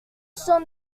son